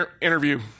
interview